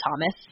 Thomas